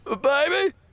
baby